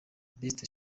best